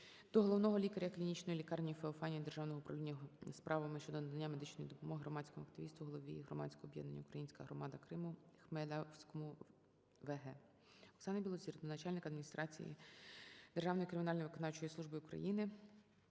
головного лікаря Клінічної лікарні "Феофанія" Державного управління справами щодо надання медичної допомоги громадському активісту, голові Громадського об'єднання "Українська громада Криму"Хмеловському В.Г. Оксани Білозір до Начальника Адміністрації Державної кримінально-виконавчої служби України